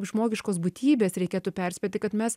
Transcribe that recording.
žmogiškos būtybės reikėtų perspėti kad mes